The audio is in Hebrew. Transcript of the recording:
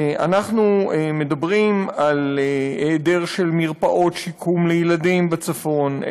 אנחנו מדברים על היעדר מרפאות שיקום לילדים בצפון,